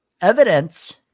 evidence